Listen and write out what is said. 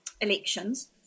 elections